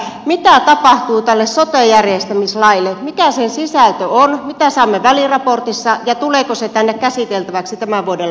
mitä tapahtuu tälle sote järjestämislaille mikä sen sisältö on mitä saamme väliraportissa ja tuleeko se tänne käsiteltäväksi tämän vuoden loppuun mennessä